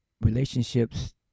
relationships